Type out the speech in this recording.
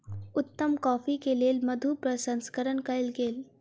उत्तम कॉफ़ी के लेल मधु प्रसंस्करण कयल गेल